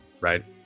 right